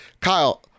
Kyle